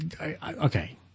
okay